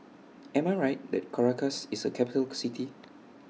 Am I Right that Caracas IS A Capital City